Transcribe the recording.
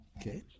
Okay